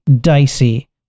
dicey